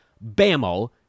bam-o